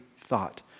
thought